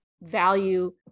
value